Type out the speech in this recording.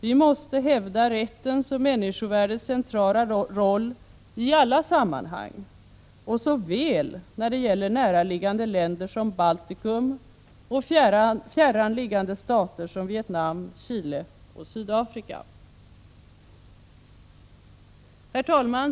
Vi måste hävda rättens och människovärdets centrala roll i alla sammanhang, såväl när det gäller näraliggande länder som de baltiska staterna och fjärran liggande länder som Vietnam, Chile och Sydafrika. Herr talman!